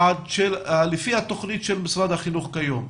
לפי התכנית של משרד החינוך כיום,